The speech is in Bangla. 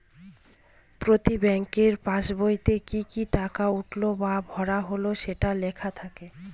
প্রতি ব্যাঙ্কের পাসবইতে কি কি টাকা উঠলো বা ভরা হল সেটা লেখা থাকে